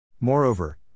Moreover